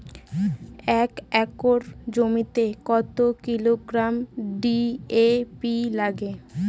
এক একর জমিতে কত কিলোগ্রাম ডি.এ.পি লাগে?